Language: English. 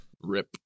Rip